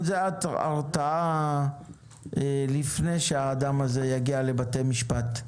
הרתעה לפני שהאדם הזה יגיע לבתי משפט,